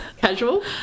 Casual